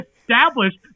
established